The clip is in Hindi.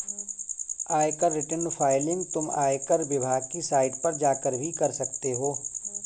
आयकर रिटर्न फाइलिंग तुम आयकर विभाग की साइट पर जाकर भी कर सकते हो